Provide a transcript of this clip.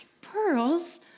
pearls